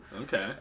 Okay